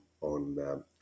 on